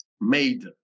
made